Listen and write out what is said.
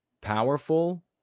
powerful